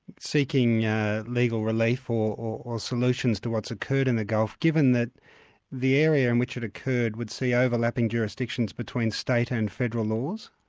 seeking yeah legal relief or or solutions to what's occurred in the gulf, given that the area in which it occurred would see overlapping jurisdictions between state and federal laws?